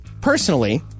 personally